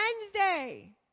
Wednesday